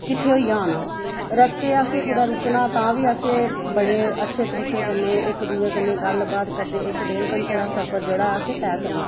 किट्ठे होइयै आना रस्तै असें रुकना तां बी असें बड़े अच्छे तरीके कन्नै इक दूए कन्नै गल्ल बात करदे इक डेढ़ घण्टे दा सफर जेह्ड़ा ऐ असें तैऽ करना